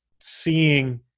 seeing